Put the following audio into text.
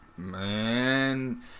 man